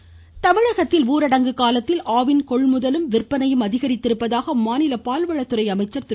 ராஜேந்திரபாலாஜி தமிழகத்தில் ஊரடங்கு காலத்தில் ஆவின் கொள்முதலும் விற்பனையும் அதிகரித்திருப்பதாக மாநில பால்வளத்துறை அமைச்சர் திரு